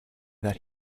that